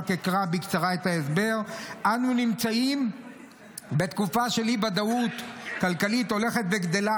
רק אקרא בקצרה את ההסבר: אנו נמצאים בתקופה של אי-ודאות הולכת וגדלה,